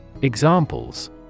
Examples